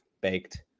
baked